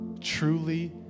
truly